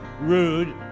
rude